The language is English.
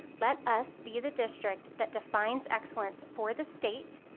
let us be the district that defines excellence for the state,